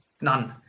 None